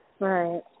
Right